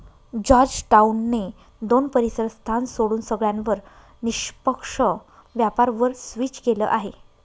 Georgetown ने दोन परीसर स्थान सोडून सगळ्यांवर निष्पक्ष व्यापार वर स्विच केलं आहे